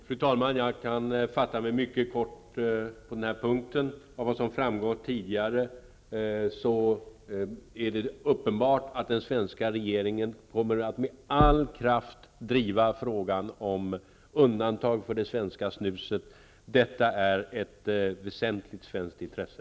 Fru talman! Jag kan på den här punkten fatta mig mycket kort. Som tidigare framgått är det uppenbart att den svenska regeringen kommer att med all kraft driva frågan om undantag för det svenska snuset. Detta är ett väsentligt svenskt intresse.